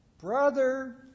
Brother